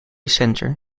centre